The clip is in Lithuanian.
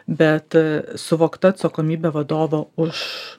bet suvokta atsakomybė vadovo už